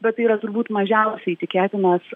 bet tai yra turbūt mažiausiai tikėtinas